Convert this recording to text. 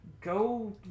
go